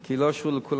כי לא אישרו לכולם.